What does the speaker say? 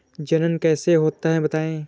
जनन कैसे होता है बताएँ?